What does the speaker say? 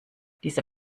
dieser